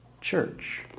church